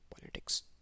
politics